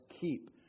keep